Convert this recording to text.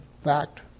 fact